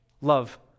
Love